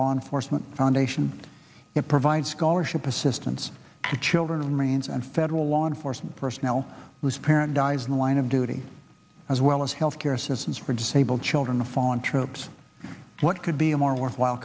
law enforcement foundation that provides scholarship assistance to children marines and federal law enforcement personnel whose parent dies in the line of duty as well as health care assistance for disabled children the fallen troops what could be a more worthwhile